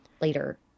later